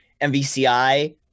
MVCI